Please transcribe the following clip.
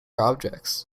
objects